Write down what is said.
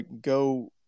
go